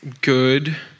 good